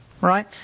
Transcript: right